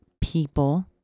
people